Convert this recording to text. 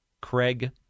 Craig